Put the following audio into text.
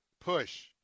Push